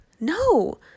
No